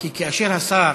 כי כאשר השר